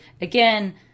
again